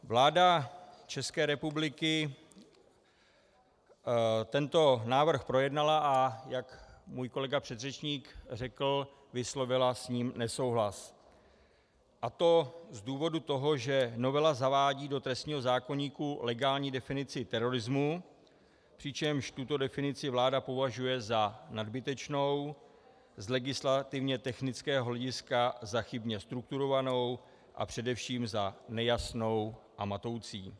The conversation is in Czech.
Vláda ČR tento návrh projednala, a jak můj kolega předřečník řekl, vyslovila s ním nesouhlas, a to z důvodu toho, že novela zavádí do trestního zákoníku legální definici terorismu, přičemž tuto definici vláda považuje za nadbytečnou, z legislativně technického hlediska za chybně strukturovanou a především za nejasnou a matoucí.